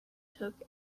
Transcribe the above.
took